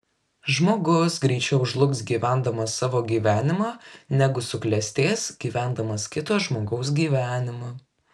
žmogus greičiau žlugs gyvendamas savo gyvenimą negu suklestės gyvendamas kito žmogaus gyvenimą